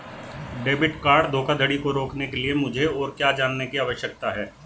Debit card धोखाधड़ी को रोकने के लिए मुझे और क्या जानने की आवश्यकता है?